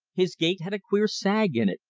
his gait had a queer sag in it,